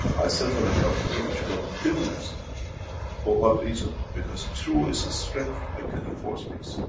i set up a company which worth billions for what reason? because, through its strength i can enforce peace.